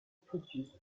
produced